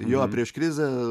jo prieš krizę